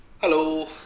Hello